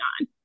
on